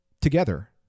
together